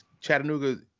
Chattanooga